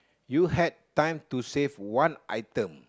you had time to save one item